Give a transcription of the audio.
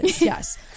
yes